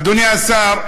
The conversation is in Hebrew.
אדוני השר,